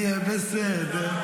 יהיה בסדר.